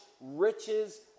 riches